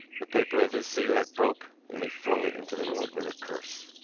the paper of his cigarette broke and he flung it into the road with a curse.